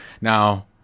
Now